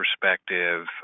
perspective